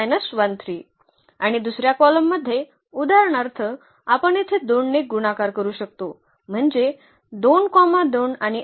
आणि दुसर्या कॉलममध्ये उदाहरणार्थ आपण येथे 2 ने गुणाकार करू शकतो म्हणजे 2 2 आणि 8